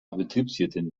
betriebswirtin